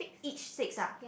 each six ah